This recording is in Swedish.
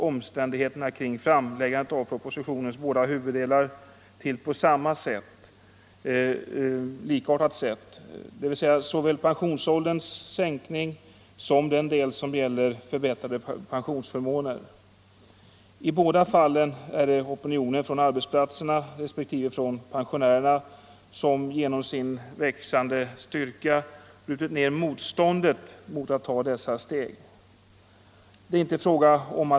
Omständigheterna kring framläggandet av propositionens båda huvuddelar har varit desamma beträffande såväl pensionsålderns sänkning som den del som gäller förbättrade pensionsförmåner. I båda fallen är det opinionen från arbetsplatserna respektive från pensionärerna som genom sin växande styrka har brutit ned motståndet mot att ta dessa steg.